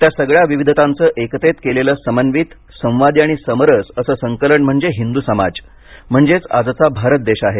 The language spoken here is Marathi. त्या सगळ्या विविधतांचं एकतेतं केलेलं समन्वित संवादी आणि समरस असं संकलन म्हणजे हिंदू समाज म्हणजेच आजचा भारत देश आहे